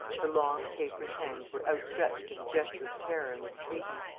her long, tapering hands were outstretched in a gesture of terror and entreaty.